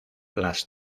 las